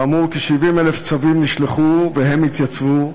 כאמור, כ-70,000 צווים נשלחו, והם התייצבו,